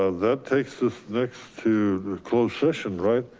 ah that takes us next to the closed session, right?